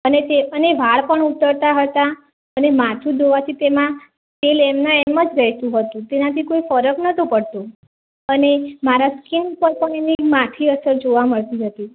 અને તે અને વાળ પણ ઉતરતા હતા અને માથું ધોવાથી તેમાં તેલ એમનાં એમ જ રહેતું હતું તેનાથી કોઈ ફરક નહોતો પડતો અને મારાં સ્કીન પર પણ તેની માઠી અસર જોવા મળતી હતી